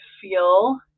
feel